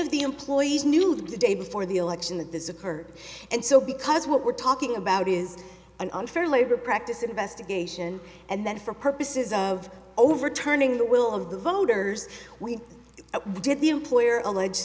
of the employees new day before the election that this occurred and so because what we're talking about is an unfair labor practice investigation and then for purposes of overturning the will of the voters we did the employer alleged